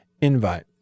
invite